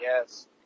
Yes